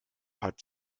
hat